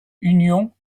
union